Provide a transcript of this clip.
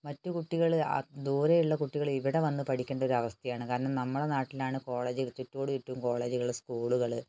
മറ്റു കുട്ടികൾ ആ ദൂരെയുള്ള കുട്ടികൾ ഇവിടെ വന്ന് പഠിക്കേണ്ടൊരു അവസ്ഥയാണ് കാരണം നമ്മുടെ നാട്ടിലാണ് കോളേജ് ചുറ്റോടു ചുറ്റും കോളേജുകൾ സ്കുളുകൾ